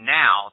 now